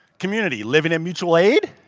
community. living in mutual aid.